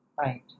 right